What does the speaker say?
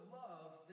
love